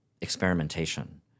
experimentation